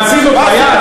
מעציב אותך.